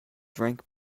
drink